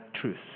truth